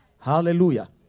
Hallelujah